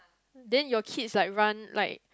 then your kids like run like